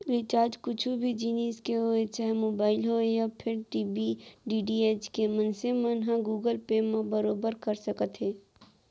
recharge कुछु भी जिनिस के होवय चाहे मोबाइल होवय या फेर डी.टी.एच के मनसे मन ह गुगल पे म बरोबर कर सकत हे